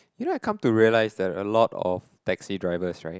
you know I come to realize that a lot of taxi drivers right